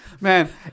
Man